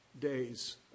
days